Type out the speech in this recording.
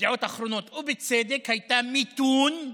בידיעות אחרונות, ובצדק, הייתה "מיתון",